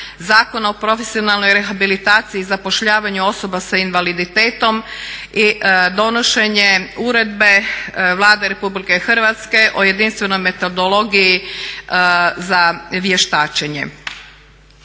Zakona o profesionalnoj rehabilitaciji i zapošljavanju osoba s invaliditetom i donošenjem Uredbe Vlade RH o jedinstvenoj metodologiji za vještačenje.